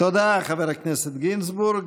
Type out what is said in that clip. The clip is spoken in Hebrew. תודה, חבר הכנסת גינזבורג.